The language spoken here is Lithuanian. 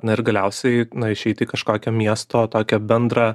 na ir galiausiai išeiti į kažkokią miesto tokią bendrą